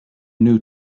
new